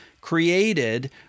created